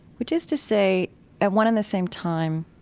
which is to say at one and the same time,